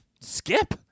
Skip